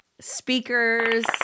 speakers